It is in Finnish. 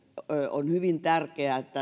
on hyvin tärkeää että